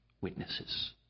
witnesses